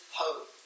hope